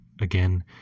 Again